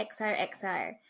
XOXO